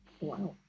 Wow